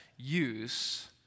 use